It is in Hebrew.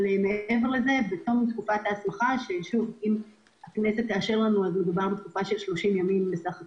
אבל בתום תקופת ההסמכה שהיא 30 ימים בסך הכול,